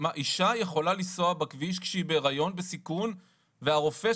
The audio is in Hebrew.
אישה יכולה לנסוע בכביש כשהיא בהיריון בסיכון והרופא,